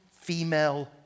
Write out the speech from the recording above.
Female